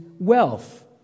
wealth